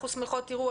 מצוין.